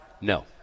No